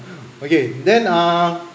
okay then err